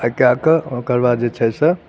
एकाएक ओकरबाद जे छै से